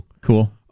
Cool